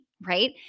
Right